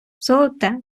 золоте